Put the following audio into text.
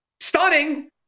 Stunning